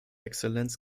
exzellenz